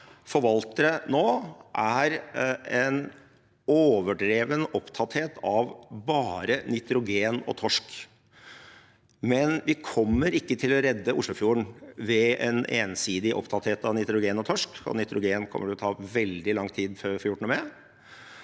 forvaltere nå, er en overdreven opptatthet av bare nitrogen og torsk. Men vi kommer ikke til å redde Oslofjorden ved en ensidig opptatthet av nitrogen og torsk, og nitrogen kommer det til å ta veldig lang tid før vi får gjort noe med.